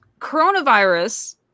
coronavirus